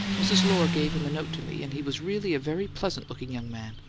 mrs. lohr gave him a note to me, and he was really a very pleasant-looking young man.